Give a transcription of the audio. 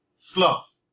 fluff